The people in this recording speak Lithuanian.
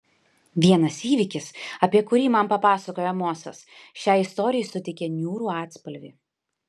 vienas įvykis apie kurį man papasakojo amosas šiai istorijai suteikia niūrų atspalvį